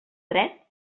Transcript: dret